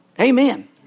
Amen